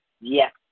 yes